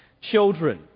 Children